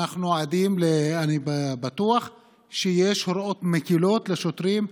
אני בטוח שיש הוראות מקילות לשוטרים.